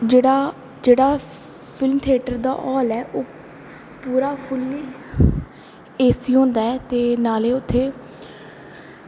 जेह्ड़ा जेह्ड़ा film theatre दा हॉल ऐ पूरा फुली एसी होंदा ऐ नालै उत्थें